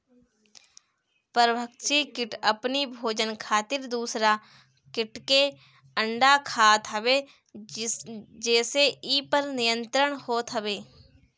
परभक्षी किट अपनी भोजन खातिर दूसरा किट के अंडा खात हवे जेसे इ पर नियंत्रण होत हवे